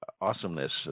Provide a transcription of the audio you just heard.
awesomeness